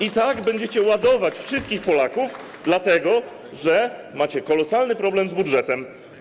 I tak będziecie ładować wszystkich Polaków, dlatego że macie kolosalny problem z budżetem.